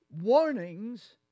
warnings